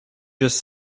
just